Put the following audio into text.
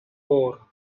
four